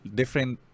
different